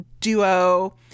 duo